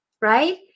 right